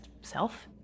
self